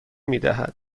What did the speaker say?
میدهد